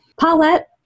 Paulette